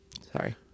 Sorry